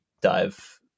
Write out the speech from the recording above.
dive